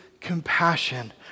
compassion